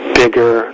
bigger